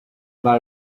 bar